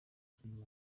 kintu